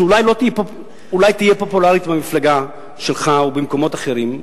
שאולי תהיה פופולרית במפלגה שלך או במקומות אחרים,